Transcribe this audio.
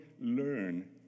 learn